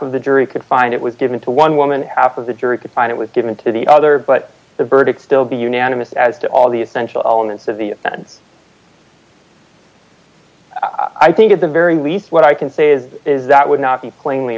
of the jury could find it was given to one woman half of the jury could find it was given to the other but the verdict still be unanimous as to all the essential elements of the i think at the very least what i can say is that would not be plainly